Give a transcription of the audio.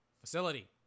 facility